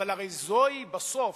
אבל הרי זוהי בסוף,